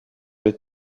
les